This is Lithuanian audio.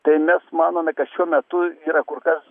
tai mes manome kad šiuo metu yra kur kas